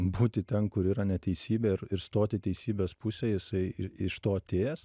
būti ten kur yra neteisybė ir ir stoti teisybės pusėj jisai ir iš to atėjęs